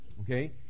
Okay